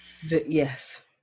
Yes